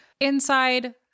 Inside